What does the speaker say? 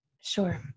sure